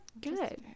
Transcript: good